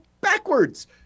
backwards